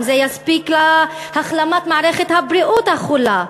אם זה יספיק להחלמת מערכת הבריאות החולה,